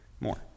more